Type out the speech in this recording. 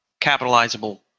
capitalizable